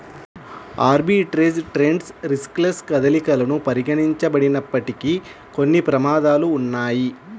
arbitrage trades riskless కదలికలను పరిగణించబడినప్పటికీ, కొన్ని ప్రమాదాలు ఉన్నయ్యి